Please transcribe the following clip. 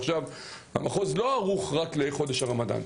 המחוז לא ערוך רק לחודש הרמדאן,